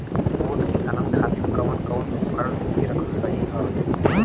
छोट किसानन खातिन कवन कवन उपकरण निजी रखल सही ह?